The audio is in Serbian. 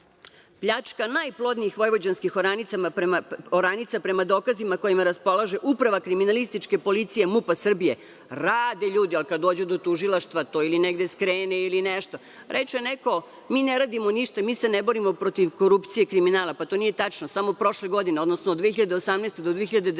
pljačka najplodnijih vojvođanskih oranica, prema dokazima kojima raspolaže Uprava kriminalističke policije MUP-a Srbije, rade ljudi, ali kad dođe do tužilaštva, to ili negde skrene ili nešto. Reče neko – mi ne radimo ništa, mi se ne borimo protiv korupcije i kriminala. Pa to nije tačno. Samo prošle godine, odnosno od 2018. do 2019.